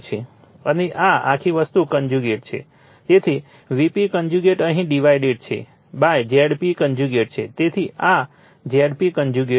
અને આ આખી વસ્તુ કન્જ્યુગેટ છે તેથી Vp કન્જ્યુગેટ અહીં ડિવાઇડેડ છે Zp કન્જ્યુગેટ છે તેથી આ Zp કન્જ્યુગેટ છે